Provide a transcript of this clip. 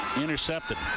Intercepted